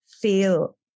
feel